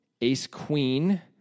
ace-queen